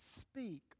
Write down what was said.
speak